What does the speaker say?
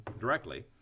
directly